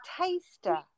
taster